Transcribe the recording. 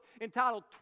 entitled